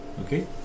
Okay